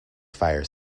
fire